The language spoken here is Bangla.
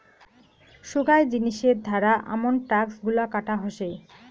সোগায় জিনিসের ধারা আমন ট্যাক্স গুলা কাটা হসে